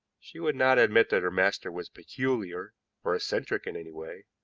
she would not admit that her master was peculiar or eccentric in any way,